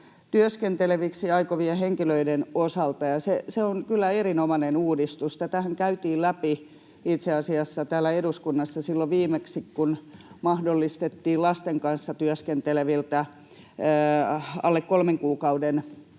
työskenteleviksi aikovien henkilöiden osalta, ja se on kyllä erinomainen uudistus. Tätähän käytiin läpi itse asiassa täällä eduskunnassa silloin viimeksi, kun mahdollistettiin lasten kanssa työskenteleviltä alle kolmen kuukauden